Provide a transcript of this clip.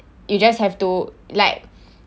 you just have to like